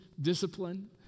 discipline